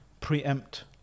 preempt